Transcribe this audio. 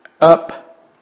up